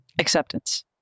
Acceptance